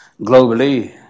globally